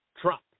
Trump